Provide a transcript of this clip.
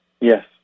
Yes